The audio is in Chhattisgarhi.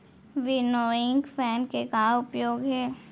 विनोइंग फैन के का उपयोग हे?